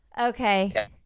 Okay